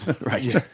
Right